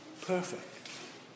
Perfect